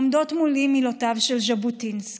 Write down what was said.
עומדות מולי מילותיו של ז'בוטינסקי: